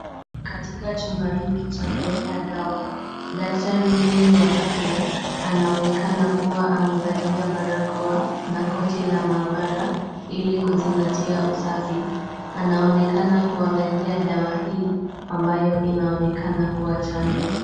Katika chumba hiki cha kuweka dawa, daktari huyu wa afya anaonekana kuwa amevalia barakoa na koti la maabara, ili kuzingatia usafi. Anaonekana kuangalia dawa hii ambayo inaonekana kuwa chanjo.